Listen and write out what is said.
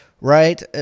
right